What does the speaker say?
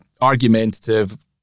argumentative